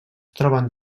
troben